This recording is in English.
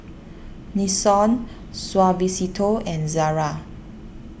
Nixon Suavecito and Zara